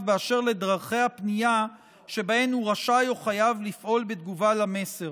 באשר לדרכי הפנייה שבהן הוא רשאי או חייב לפעול בתגובה למסר.